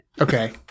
Okay